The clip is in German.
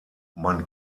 man